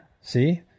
See